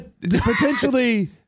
Potentially